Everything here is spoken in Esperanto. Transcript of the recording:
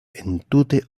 entute